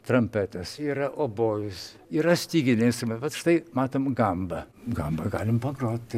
trampetas yra obojus yra styginiai instrumen bet štai matom gambą gamba galim pagrot taip